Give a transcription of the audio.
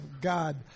God